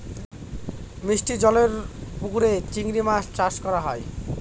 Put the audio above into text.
মিষ্টি জলেরর পুকুরে চিংড়ি মাছ চাষ করা হয়